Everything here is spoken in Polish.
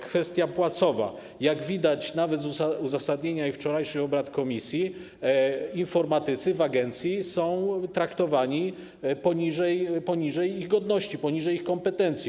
Kwestia płacowa: jak widać nawet z uzasadnienia i wczorajszych obrad komisji, informatycy w agencji są traktowani poniżej ich godności, poniżej ich kompetencji.